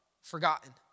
forgotten